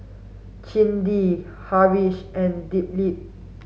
Chandi Haresh and Dilip